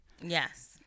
Yes